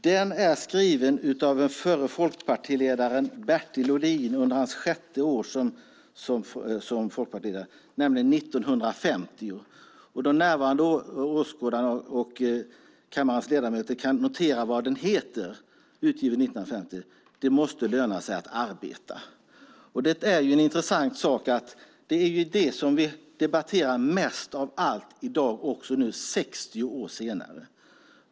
Den är skriven av den förre folkpartiledaren Bertil Olin under hans sjätte år som folkpartiledare, nämligen 1950. De närvarande åhörarna och kammarens ledamöter kan notera vad den heter. Den är alltså utgiven 1950 och den heter Det måste löna sig att arbeta . Det är en intressant sak att det är detta vi debatterar mest av allt också i dag - 60 år senare.